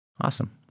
Awesome